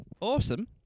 Awesome